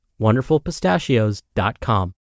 wonderfulpistachios.com